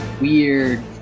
weird